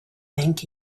thank